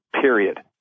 Period